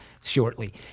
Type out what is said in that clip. shortly